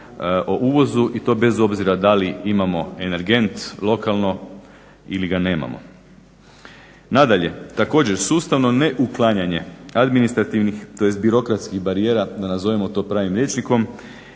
o uvozu i to bez obzira da li imamo energent lokalno ili ga nemamo. Nadalje, također sustavno ne uklanjanje administrativnih tj. birokratskih barijera, da nazovemo to pravim rječnikom